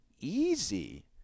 easy